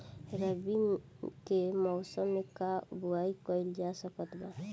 रवि के मौसम में का बोआई कईल जा सकत बा?